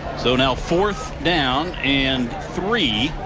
so now fourth down and three,